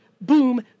Boom